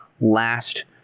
last